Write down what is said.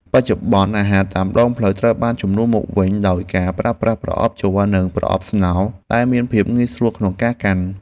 បច្ចុប្បន្ន អាហារតាមដងផ្លូវត្រូវបានជំនួសមកវិញដោយការប្រើប្រាស់ប្រអប់ជ័រ និងប្រអប់ស្នោដែលមានភាពងាយស្រួលក្នុងការកាន់។